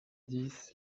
dix